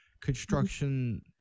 construction